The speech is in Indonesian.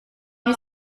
ini